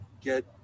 get